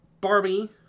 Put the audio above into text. Barbie